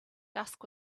dusk